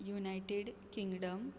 United Kingdom